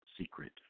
secret